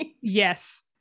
Yes